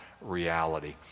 reality